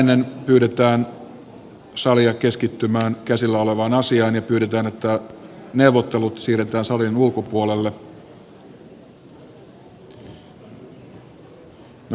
sitä ennen pyydetään salia keskittymään käsillä olevaan asiaan ja pyydetään että neuvottelut siirretään salin ulkopuolelle